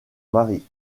mari